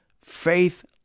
faith